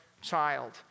child